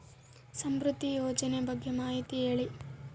ಸಮೃದ್ಧಿ ಯೋಜನೆ ಬಗ್ಗೆ ಮಾಹಿತಿ ಹೇಳಿ?